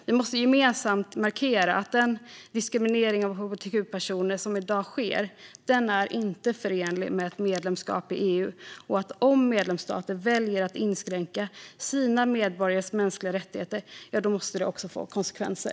Vi måste gemensamt markera att den diskriminering av hbtq-personer som i dag sker inte är förenlig med ett medlemskap i EU och att det måste få konsekvenser om medlemsstater väljer att inskränka sina medborgares mänskliga rättigheter.